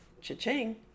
Cha-ching